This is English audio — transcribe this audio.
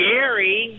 Gary